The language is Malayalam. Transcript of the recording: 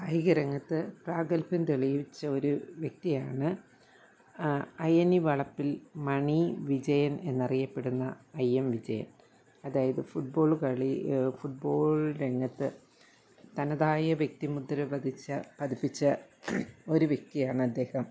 കായികരംഗത്ത് പ്രാത്ഭ്യം തെളിയിച്ച ഒരു വ്യക്തിയാണ് അയ്യണി വളപ്പിൽ മണി വിജയൻ എന്നറിയപ്പെടുന്ന ഐ എം വിജയൻ അതായത് ഫുട്ബോൾ കളി ഫുട്ബോൾ രംഗത്തെ തനതായ വ്യക്തിമുദ്ര പതിച്ച പതിപ്പിച്ച ഒരു വ്യക്തിയാണ് അദ്ദേഹം